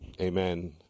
Amen